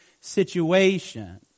situation